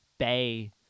bay